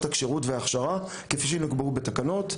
הכשירות וההכשרה כפי שנקבעו בתקנות.